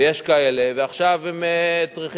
ויש כאלה, ועכשיו הם צריכים